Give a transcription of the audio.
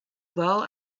well